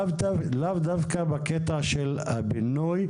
לאו דווקא בקטע של הבינוי,